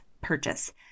purchase